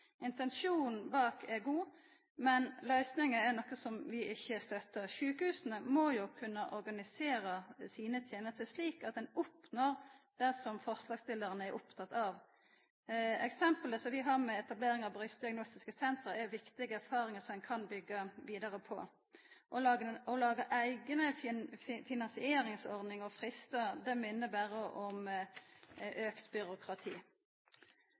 Intensjonen bak er god, men løysinga er noko som vi ikkje støttar. Sjukehusa må kunna organisera tenestene sine slik at ein oppnår det som forslagsstillarane er opptekne av. Eksemplet som vi har med etablering av brystdiagnostiske senter, gir viktige erfaringar som ein kan byggja vidare på. Å laga eigne finansieringsordningar og fristar minner berre om auka byråkrati.